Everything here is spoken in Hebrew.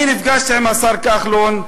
אני נפגשתי עם השר כחלון,